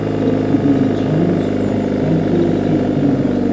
let's begin the challenge by attempting a penguin.